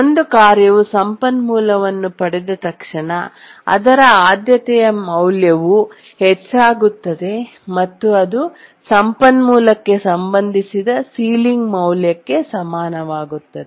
ಒಂದು ಕಾರ್ಯವು ಸಂಪನ್ಮೂಲವನ್ನು ಪಡೆದ ತಕ್ಷಣ ಅದರ ಆದ್ಯತೆಯ ಮೌಲ್ಯವು ಹೆಚ್ಚಾಗುತ್ತದೆ ಮತ್ತು ಅದು ಸಂಪನ್ಮೂಲಕ್ಕೆ ಸಂಬಂಧಿಸಿದ ಸೀಲಿಂಗ್ ಮೌಲ್ಯಕ್ಕೆ ಸಮಾನವಾಗುತ್ತದೆ